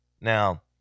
Now